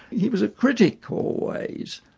he was a critic always,